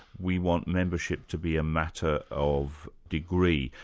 we want membership to be a matter of degree.